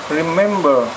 remember